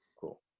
cool